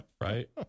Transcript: Right